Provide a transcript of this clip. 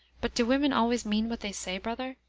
but do women always mean what they say, brother?